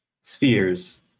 Spheres